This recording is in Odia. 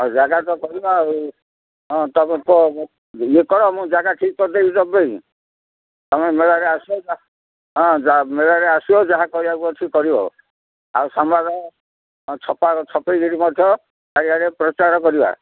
ଆଉ ଜାଗା ତ କରିବା ଆଉ ହଁ ତାକୁ ତ ଏ କର ମୁଁ ଜାଗା ଠିକ୍ କରିଦେବି ତୁମପାଇଁ ତୁମେ ମେଳାରେ ଆସ ହଁ ଯା ମେଳାରେ ଆସିବ ଯାହା କରିବାକୁ ଅଛି କରିବ ଆଉ ସମ୍ବାଦ ଛପା ଛପେଇକିରି ମଧ୍ୟ ଚାରିଆଡ଼େ ପ୍ରଚାର କରିବା